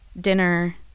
dinner